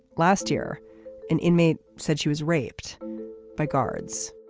last year an inmate said she was raped by guards.